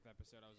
episode